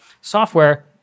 software